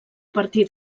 partir